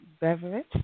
beverage